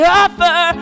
offer